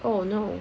oh I know already